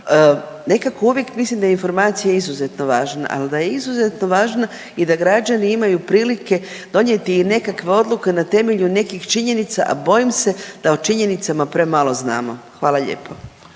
nekako uvijek mislim da je informacija izuzetno važna, al da je izuzetno važna i da građani imaju prilike donijeti i nekakve odluke na temelju nekih činjenica, a bojim se da o činjenicama premalo znamo. Hvala lijepo.